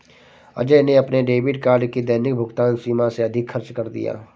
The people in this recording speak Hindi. अजय ने अपने डेबिट कार्ड की दैनिक भुगतान सीमा से अधिक खर्च कर दिया